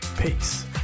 Peace